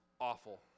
Awful